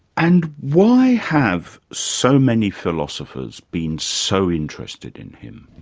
and why have so many philosophers been so interested in him?